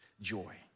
joy